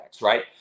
right